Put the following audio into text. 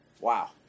Wow